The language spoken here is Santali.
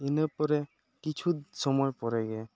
ᱤᱱᱟᱹ ᱯᱚᱨᱮ ᱠᱤᱪᱷᱩ ᱥᱚᱢᱚᱭ ᱯᱚᱨᱮᱜᱮ